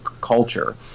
culture